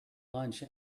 lunch